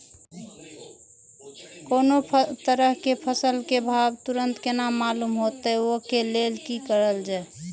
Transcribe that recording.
कोनो तरह के फसल के भाव तुरंत केना मालूम होते, वे के लेल की करल जाय?